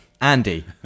Andy